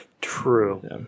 True